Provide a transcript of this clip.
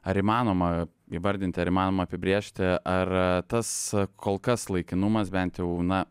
ar įmanoma įvardinti ar įmanoma apibrėžti ar tas kol kas laikinumas bent jau na